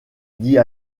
dit